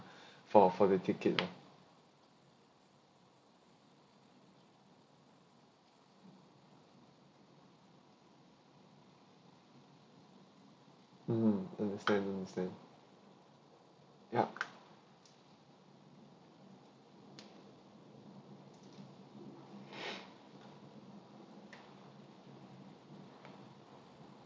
for for the ticket ah mm mm understand understand ya